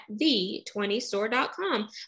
the20store.com